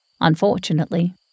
Unfortunately